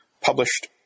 published